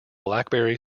blackberry